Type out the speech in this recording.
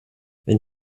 wenn